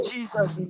Jesus